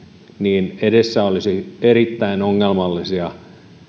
niin edessä olisi erittäin ongelmallisia